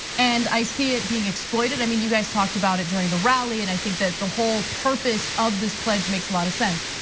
and i see it being exploited. i mean, you guys talked about it during the rally. and i think that the whole purpose of this pledge makes a lot of sense.